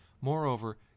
Moreover